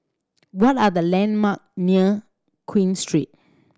what are the landmark near Queen Street